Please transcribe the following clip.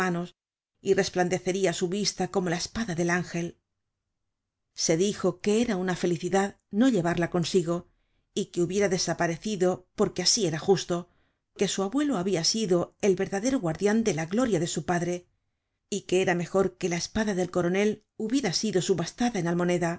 y resplandeceria á su vista como la espada del ángel se dijo que era una felicidad no llevarla consigo y que hubiera desaparecido porque asi era justo que su abuelo habia sido el verdadero guardian de la gloria de su padre y que era mejor que la espada del coronel hubiera sido subastada en almoneda